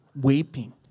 weeping